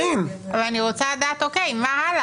אבל אני רוצה לדעת מה הלאה.